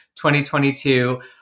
2022